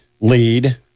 lead